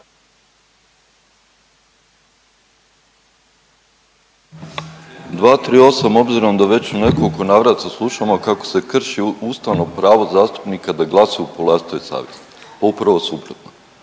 238. obzirom da već u nekoliko navrata slušamo kako se krši ustavno pravo zastupnika da glasuju po vlastitoj savjesti upravo suprotno.